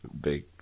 Big